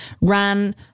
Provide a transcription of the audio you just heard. ran